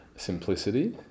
simplicity